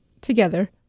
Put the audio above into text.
Together